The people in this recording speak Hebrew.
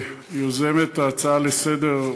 ליוזמת ההצעה לסדר,